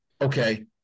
okay